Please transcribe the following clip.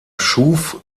schuf